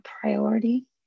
priority